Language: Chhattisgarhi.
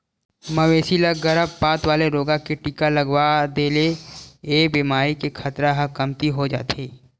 मवेशी ल गरभपात वाला रोग के टीका लगवा दे ले ए बेमारी के खतरा ह कमती हो जाथे